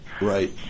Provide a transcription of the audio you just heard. Right